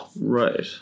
Right